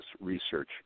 research